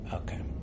okay